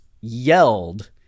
yelled